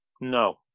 No